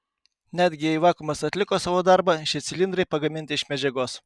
netgi jei vakuumas atliko savo darbą šie cilindrai pagaminti iš medžiagos